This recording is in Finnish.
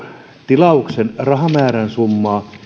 tilauksen rahamäärän summaa